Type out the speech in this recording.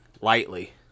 lightly